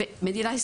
זה חבל,